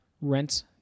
rent